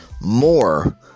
more